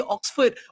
Oxford